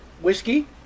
whiskey